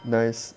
nice